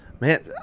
man